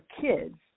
kids